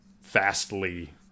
fastly